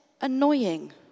annoying